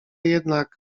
jednak